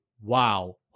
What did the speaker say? wow